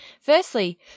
Firstly